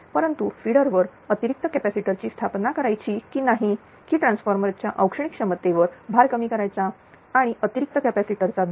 परंतु फिडर वर अतिरिक्त कॅपॅसिटर ची स्थापना करायची की नाही की ट्रान्सफॉर्मर च्या औष्णिक क्षमतेवर भार कमी करायचा आणि अतिरिक्त कॅपॅसिटर चा दर